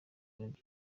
ibintu